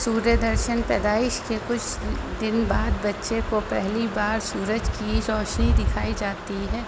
سوریہ درشن پیدائش کے کچھ دن بعد بچے کو پہلی بار سورج کی روشنی دکھائی جاتی ہے